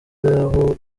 aho